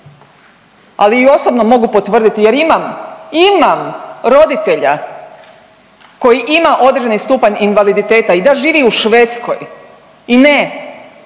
Ali i osobno mogu potvrditi jer imam, imam roditelja koji ima određeni stupanj invaliditeta i da, živi u Švedskoj i ne,